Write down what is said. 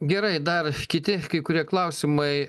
gerai dar kiti kai kurie klausimai